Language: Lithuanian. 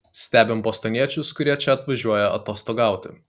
stebim bostoniečius kurie čia atvažiuoja atostogauti